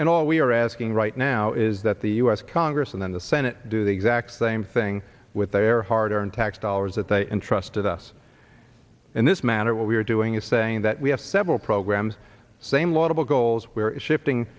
and all we are asking right now is that the u s congress and then the senate do the exact same thing with their hard earned tax dollars that they entrusted us in this manner what we're doing is saying that we have several programs same laudable goals we're shifting